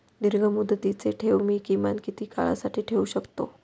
दीर्घमुदतीचे ठेव मी किमान किती काळासाठी ठेवू शकतो?